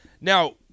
Now